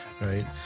Right